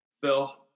Phil